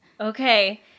Okay